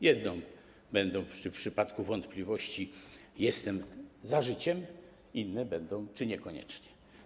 Jedni będą w przypadku wątpliwości: jestem za życiem, inni będą: czy niekoniecznie.